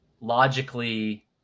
logically